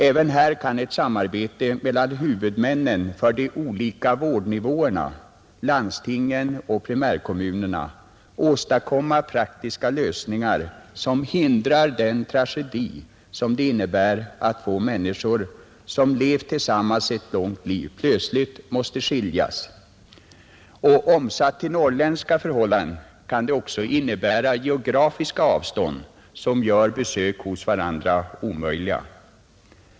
Även här kan ett samarbete mellan huvudmännen för de olika vårdnivåerna — landstingen och primärkommunerna — åstadkomma praktiska lösningar som hindrar den tragedi som det innebär att två människor som levt tillsammans ett långt liv plötsligt måste skiljas. Omsatt på norrländska förhållanden kan det också innebära geografiska avstånd som gör besök hos varandra omöjliga.